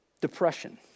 depression